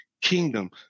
kingdom